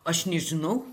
aš nežinau